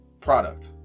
product